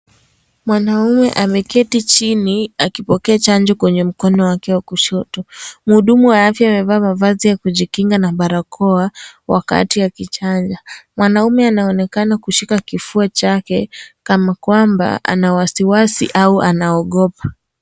Mwamme ameketi chini akipokea chanjo kwenye mkono wake wa kushoto. Muhudumu wa afya amevaa mavazi ya kujikinga na barakoa wakati akichanja. Mwanamme anaonekana kushika kifua chake kama kwamba ana wasiwasi au anaogopa.